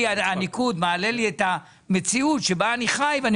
הניקוד מעלה לי את המציאות שבה אני חי ואני